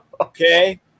okay